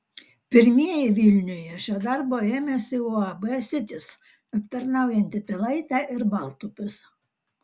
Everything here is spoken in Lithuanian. pirmieji vilniuje šio darbo ėmėsi uab sitis aptarnaujanti pilaitę ir baltupius